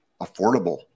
affordable